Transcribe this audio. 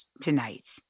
tonight